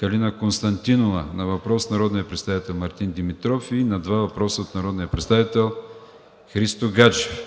Калина Константинова на въпрос от народния представител Мартин Димитров и на два въпроса от народния представител Христо Гаджев;